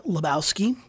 Lebowski